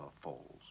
falls